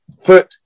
Foot